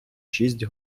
шість